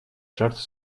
жертв